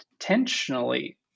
intentionally